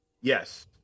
Yes